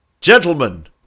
gentlemen